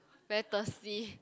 very thirsty